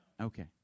Okay